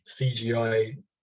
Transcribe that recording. CGI